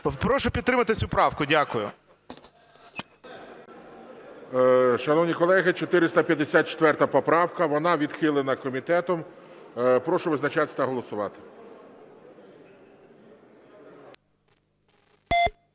Прошу підтримати цю правку. Дякую. ГОЛОВУЮЧИЙ. Шановні колеги! 454 поправка. Вона відхилена комітетом. Прошу визначатися та голосувати.